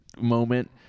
moment